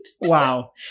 Wow